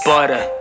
Butter